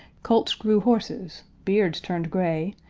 colts grew horses, beards turned gray,